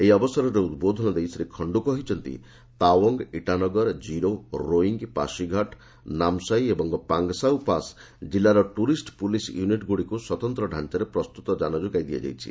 ଏହି ଅବସରରେ ଉଦ୍ବୋଧନ ଦେଇ ଶ୍ରୀ ଖଣ୍ଡୁ କହିଛନ୍ତି ତାୱଙ୍ଗ୍ ଇଟାନଗର କିରୋ ରୋଇଙ୍ଗ ପାସିଘାଟ ନାମ୍ସାଇ ଓ ପାଙ୍ଗ୍ସାଉ ପାସ୍ ଜିଲ୍ଲାର ଟୁରିଷ୍ଟ ପୁଲିସ୍ ୟୁନିଟ୍ଗୁଡ଼ିକୁ ସ୍ୱତନ୍ତ୍ର ଢାଞ୍ଚାରେ ପ୍ରସ୍ତୁତ ଯାନ ଯୋଗାଇ ଦିଆଯାଇଛି